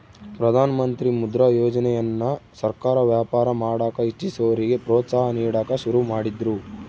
ಪ್ರಧಾನಮಂತ್ರಿ ಮುದ್ರಾ ಯೋಜನೆಯನ್ನ ಸರ್ಕಾರ ವ್ಯಾಪಾರ ಮಾಡಕ ಇಚ್ಚಿಸೋರಿಗೆ ಪ್ರೋತ್ಸಾಹ ನೀಡಕ ಶುರು ಮಾಡಿದ್ರು